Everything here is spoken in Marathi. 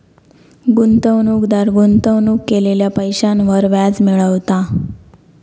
गुंतवणूकदार गुंतवणूक केलेल्या पैशांवर व्याज मिळवता